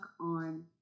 on